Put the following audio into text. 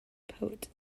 poet